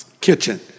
kitchen